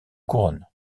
couronne